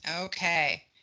Okay